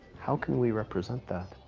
how can we represent that?